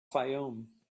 fayoum